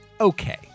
okay